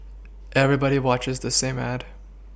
everybody watches the same ad